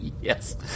Yes